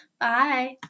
Bye